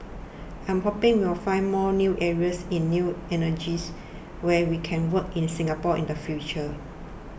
I'm hoping we will find more new areas in new energies where we can work in Singapore in the future